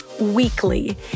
weekly